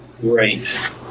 great